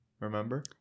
remember